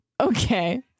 Okay